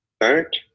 third